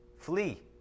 Flee